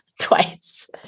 twice